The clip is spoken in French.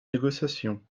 négociations